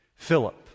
Philip